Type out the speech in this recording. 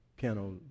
piano